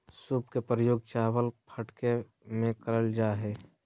सूप के प्रयोग चावल फटके में करल जा हइ